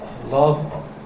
love